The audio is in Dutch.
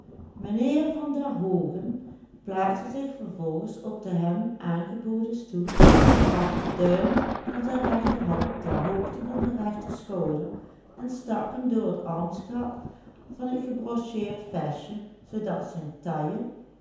mijnheer van der hoogen plaatste zich vervolgens op den hem aangeboden stoel bracht den duim van zijne rechterband ter hoogte van zijn rechterschouder en stak hem door het armsgat van het gebrocheerde vestje